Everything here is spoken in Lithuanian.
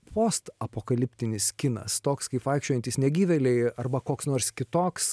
postapokaliptinis kinas toks kaip vaikščiojantys negyvėliai arba koks nors kitoks